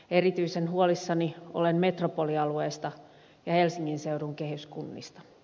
erityisen huolissani olen metropolialueesta ja helsingin seudun kehyskunnista